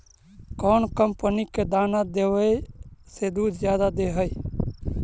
कौन कंपनी के दाना देबए से दुध जादा दे है?